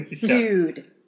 Dude